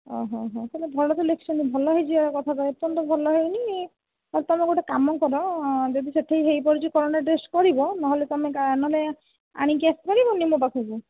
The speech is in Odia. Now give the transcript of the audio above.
ଓହୋ ହୋ ତା'ହେଲେ ଭଲ ତ ଲେଖିଛନ୍ତି ଭଲ ହୋଇଯିବା କଥା ତ ଏପର୍ଯ୍ୟନ୍ତ ତ ଭଲ ହୋଇନି ତୁମେ ଗୋଟିଏ କାମ କର ଯଦି ସେହିଠି ହୋଇ ପାରୁଛି କରୋନା ଟେଷ୍ଟ କରିବ ନହେଲେ ତୁମେ ଆଣିକି ଆସି ପାରିବନି ମୋ ପାଖକୁ